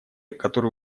которые